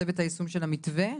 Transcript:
צוות היישום של המתווה.